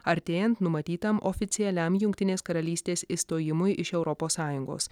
artėjant numatytam oficialiam jungtinės karalystės išstojimui iš europos sąjungos